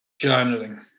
journaling